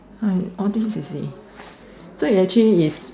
hi all this you see so it actually is